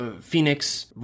phoenix